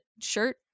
shirt